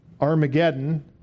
Armageddon